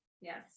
Yes